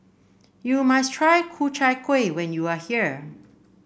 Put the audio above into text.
you must try Ku Chai Kueh when you are here